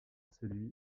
celui